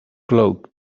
cloak